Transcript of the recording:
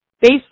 Based